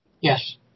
Yes